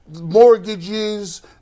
mortgages